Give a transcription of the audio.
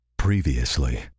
Previously